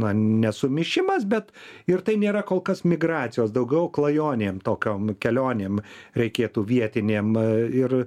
na ne sumišimas bet ir tai nėra kol kas migracijos daugiau klajonėm tokiom kelionėm reikėtų vietinėm ir